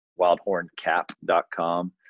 wildhorncap.com